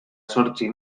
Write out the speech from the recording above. zortzi